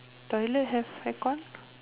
toilet have aircon